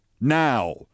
now